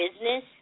business